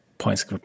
points